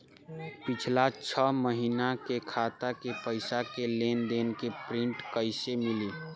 पिछला छह महीना के खाता के पइसा के लेन देन के प्रींट कइसे मिली?